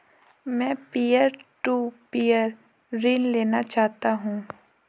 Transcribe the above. मैं peer to peer ऋण लेना चाहता हूँ